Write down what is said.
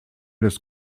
des